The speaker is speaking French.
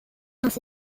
ainsi